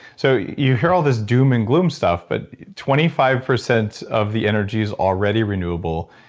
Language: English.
so you hear all this doom and gloom stuff, but twenty five percent of the energy is already renewable.